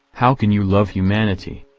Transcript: how can you love humanity?